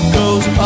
goes